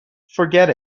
forget